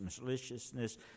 maliciousness